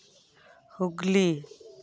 Hooghly